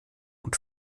und